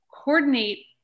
coordinate